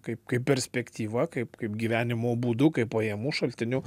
kaip kaip perspektyva kaip kaip gyvenimo būdu kaip pajamų šaltiniu